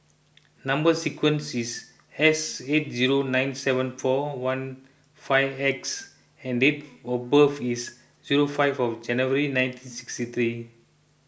Number Sequence is S eight zero nine seven four one five X and date of birth is zero five of January nineteen sixty three